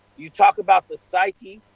you talk about the psyche,